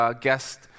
guest